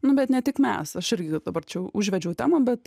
nu bet ne tik mes aš irgi dabar čia užvedžiau temą bet